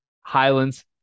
Highlands